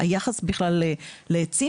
היחס בכלל לעצים,